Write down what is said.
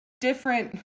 different